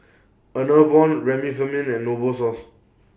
Enervon Remifemin and Novosource